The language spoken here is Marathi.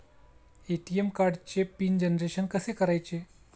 ए.टी.एम कार्डचे पिन जनरेशन कसे करायचे?